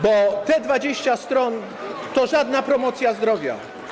Bo te 20 stron to żadna promocja zdrowia.